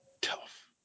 tough